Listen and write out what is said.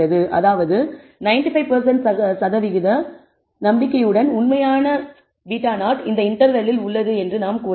அதாவது 95 நம்பிக்கையுடன் உண்மையான β0 இந்த இன்டர்வெல்லில் உள்ளது என்று நாம் கூறலாம்